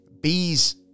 bees